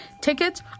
Tickets